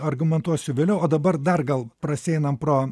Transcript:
argumentuosiu vėliau o dabar dar gal prasieinam pro